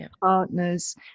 partners